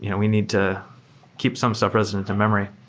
you know we need to keep some stuff resident to memory,